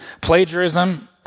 Plagiarism